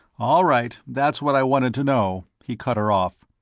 all right that's what i wanted to know, he cut her off.